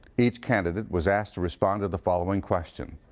each candidate was asked to respond to the following question.